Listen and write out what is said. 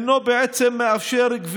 שהוא נושא חשוב